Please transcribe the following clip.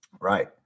right